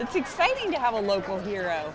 it's exciting to have a local hero